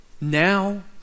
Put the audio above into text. now